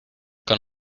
con